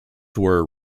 were